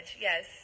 yes